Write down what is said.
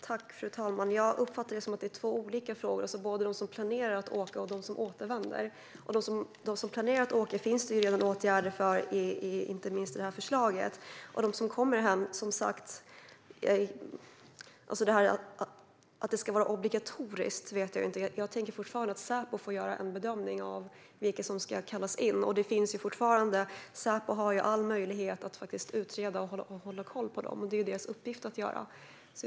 Fru talman! Jag uppfattar det som två olika frågor; det handlar om både dem som planerar att åka och dem som återvänder. De som planerar att åka finns det redan åtgärder för, inte minst i det här förslaget. När det gäller dem som kommer hem och att det ska vara obligatoriskt vet jag inte riktigt; jag tänker att Säpo får göra en bedömning av vilka som ska kallas in. Säpo har fortfarande all möjlighet att faktiskt utreda och hålla koll på dem, och det är deras uppgift att göra det.